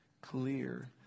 Clear